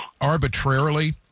arbitrarily